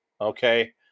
Okay